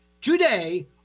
today